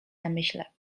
namyśle